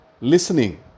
listening